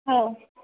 हो